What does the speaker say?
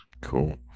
Cool